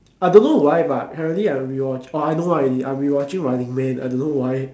I don't know why but currently I'm rewatch orh I know why already I been rewatching running man I don't know why